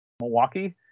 Milwaukee